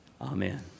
Amen